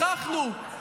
הוכחנו,